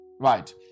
right